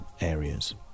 areas